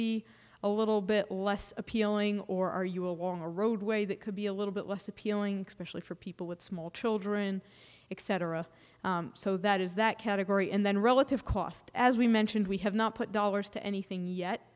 be a little bit less appealing or are you along a roadway that could be a little bit less appealing specially for people with small children except for a so that is that category and then relative cost as we mentioned we have not put dollars to anything yet